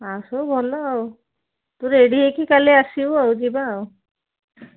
ଆଉ ସବୁ ଭଲ ଆଉ ତୁ ରେଡ଼ି ହେଇକି କାଲି ଆସିବୁ ଆଉ ଯିବା ଆଉ